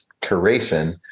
curation